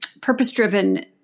purpose-driven